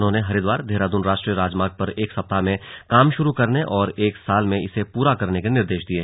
उन्होंने हरिद्वार देहरादून राष्ट्रीय राजमार्ग पर एक सप्ताह में काम शुरू करने और एक साल में इसे पूरा करने के निर्देश दिये